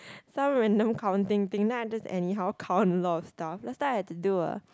some random counting thing then I just anyhow count a lot of stuff last time I had to do a